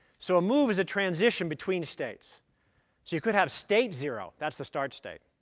so a move is a transition between states. so you could have state zero. that's the start state.